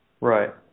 right